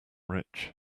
rich